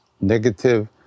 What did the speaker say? negative